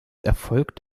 erfolgt